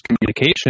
communication